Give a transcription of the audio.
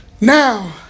Now